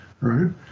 Right